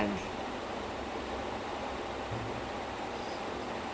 ya ya that that's how he got his major break lah